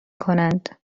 کنند